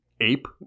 ape